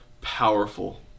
powerful